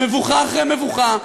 למבוכה אחרי מבוכה,